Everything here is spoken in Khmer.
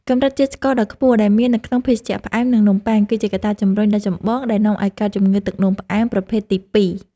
កម្រិតជាតិស្ករដ៏ខ្ពស់ដែលមាននៅក្នុងភេសជ្ជៈផ្អែម និងនំបុ័ង គឺជាកត្តាជម្រុញដ៏ចម្បងដែលនាំឲ្យកើតជំងឺទឹកនោមផ្អែមប្រភេទទីពីរ។